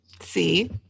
see